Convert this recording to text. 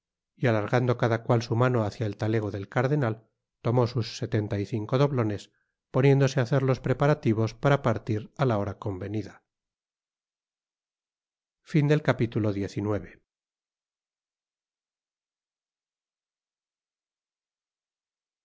y alargando cada cual su mano hácia el talego del cardenal tomó sus setenta y cinco doblones poniéndose á hacer los preparativos para partir á la hora convenida